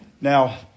Now